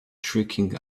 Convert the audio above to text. tricking